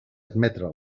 admetre